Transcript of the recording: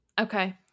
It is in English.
Okay